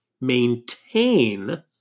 maintain